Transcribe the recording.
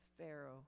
Pharaoh